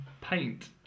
paint